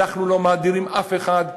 אנחנו לא מדירים אף אחד.